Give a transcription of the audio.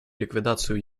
ликвидацию